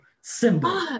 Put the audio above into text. symbol